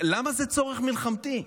למה זה צורך מלחמתי?